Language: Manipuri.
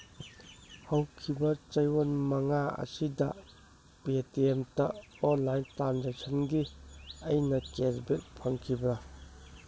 ꯍꯧꯈꯤꯕ ꯆꯌꯣꯜ ꯃꯉꯥ ꯑꯁꯤꯗ ꯞꯦ ꯇꯤ ꯑꯦꯝꯇ ꯑꯣꯟꯂꯥꯏꯟ ꯇ꯭ꯔꯥꯟꯖꯦꯛꯁꯟꯒꯤ ꯑꯩꯅ ꯀꯦꯁꯕꯦꯛ ꯐꯪꯈꯤꯕ꯭ꯔꯥ